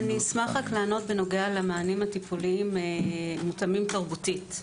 לגבי המענים הטיפוליים מותאמים תרבותית.